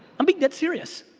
i'm being dead serious.